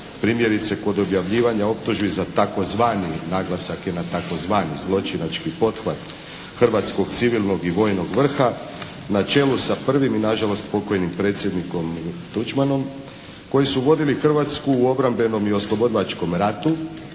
primjerice kod objavljivanja optužbi za tzv., naglasak je na tzv. zločinački pothvat hrvatskog civilnog i vojnog vrha, na čelu sa prvim i nažalost pokojnim predsjednikom Tuđmanom, koji su vodili Hrvatsku o obrambenom i oslobodilačkom ratu,